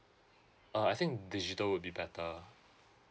uh I think digital would be better